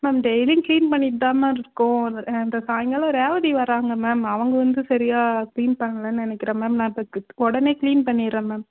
ma'am டெய்லியும் clean பண்ணிகிட்டுதான்மா இருக்கோம் அந்த அந்த சாயங்காலம் ரேவதி வராங்க மேம் அவங்க வந்து சரியாக கிளீன் பண்ணலன்னு நினக்கிறேன் மேம் நான் இப்போ க் உடனே கிளீன் பண்ணிடுறேன் மேம்